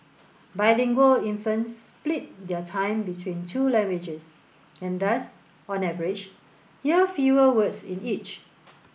bilingual infants split their time between two languages and thus on average hear fewer words in each